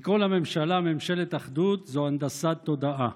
לקרוא לממשלה "ממשלת אחדות" זו הנדסת תודעה,